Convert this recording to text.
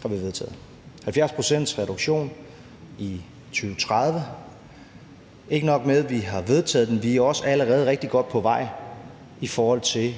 70-procentsreduktion i 2030. Og ikke nok med, at vi har vedtaget loven, så er vi også allerede rigtig godt på vej til